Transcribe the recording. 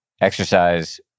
exercise